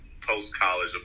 post-college